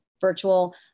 virtual